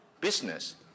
business